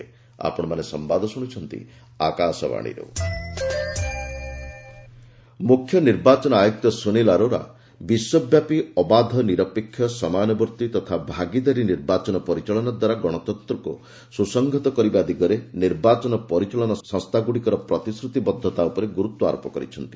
Sunil Arora webinar ମୁଖ୍ୟ ନିର୍ବାଚନ ଆୟୁକ୍ତ ସୁନିଲ୍ ଆରୋରା ବିଶ୍ୱବ୍ୟାପୀ ଅବାଧ ନିରପେକ୍ଷ ସମୟାନ୍ରବର୍ତ୍ତୀ ତଥା ଭାଗିଦାରୀ ନିର୍ବାଚନ ପରିଚାଳନା ଦାରା ଗଣତନ୍ତ୍ରକୁ ସ୍ୱସଂହତ କରିବା ଦିଗରେ ନିର୍ବାଚନ ପରିଚାଳନା ସଂସ୍ଥାଗୁଡ଼ିକର ପ୍ରତିଶ୍ରତିବଦ୍ଧତା ଉପରେ ଗୁରୁତ୍ୱାରୋପ କରିଛନ୍ତି